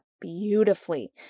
beautifully